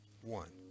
one